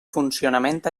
funcionament